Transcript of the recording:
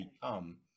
become